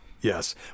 Yes